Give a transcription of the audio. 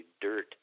dirt